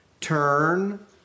turn